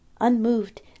Unmoved